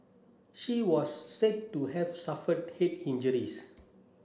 she was said to have suffered head injuries